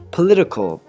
Political